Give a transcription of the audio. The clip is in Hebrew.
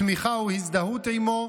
תמיכה או הזדהות עימו,